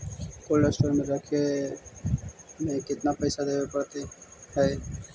Cold store में रखे में केतना पैसा देवे पड़तै है?